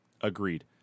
Agreed